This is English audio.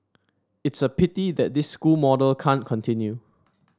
it's a pity that this school model can't continue